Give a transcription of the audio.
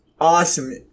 awesome